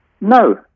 No